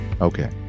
Okay